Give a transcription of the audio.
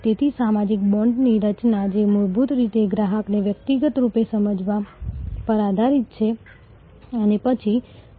અને પછી અલબત્ત રિલેશનલથી અમે તમારા કો માર્કેટર તરીકે વકીલાત અથવા ગ્રાહક તરફ જવા માંગીએ છીએ અને આ ઇચ્છિત સ્થિતિ છે અને આ સીડી છે